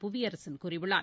புவியரசன் கூறியுள்ளார்